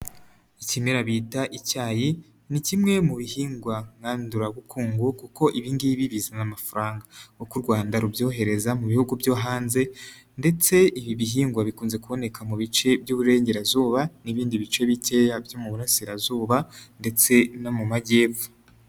Ikimera bita icyayi ni kimwe mu bihingwa ngandurabukungu kuko ibi ngibi bizana amafaranga, uko u Rwanda rubyohereza mu bihugu byo hanze ndetse ibi bihingwa bikunze kuboneka mu bice by'Uburengerazuba n'ibindi bice bikeya byo mu Burasirazuba ndetse no mu Majyepfo.